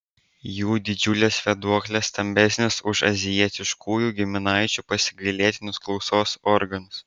jų didžiulės vėduoklės stambesnės už azijietiškųjų giminaičių pasigailėtinus klausos organus